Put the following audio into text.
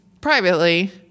privately